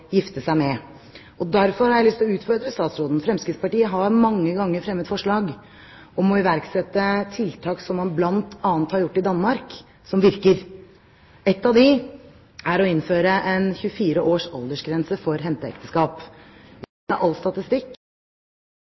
gifte seg med. Derfor har jeg lyst til å utfordre statsråden: Fremskrittspartiet har mange ganger fremmet forslag om å iverksette tiltak, som man bl.a. har gjort i Danmark, som virker. Ett av dem er å innføre en aldersgrense på 24 år for henteekteskap. Vi ser av all statistikk